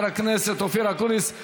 תודה לחבר הכנסת אופיר אקוניס,